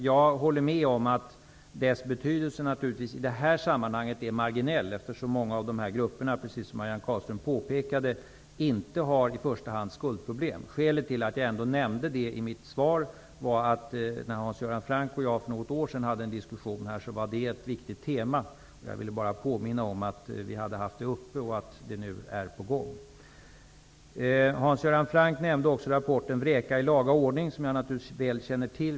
Jag håller med om att dess betydelse naturligtvis är marginell i det här sammanhanget, eftersom många grupper, precis som Marianne Carlström påpekade, inte i första hand har skuldproblem. Skälet till att jag ändå nämnde det i mitt svar är att det var ett viktigt tema när Hans Göran Franck och jag för något år sedan hade en diskussion här. Jag ville bara påminna om att vi har haft det uppe och att det nu är på gång. Hans Göran Franck nämnde också rapporten Vräka i laga ordning, som jag naturligtvis väl känner till.